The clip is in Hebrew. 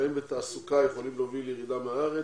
קשיים בתעסוקה יכולים להוביל לירידה מהארץ.